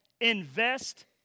invest